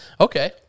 okay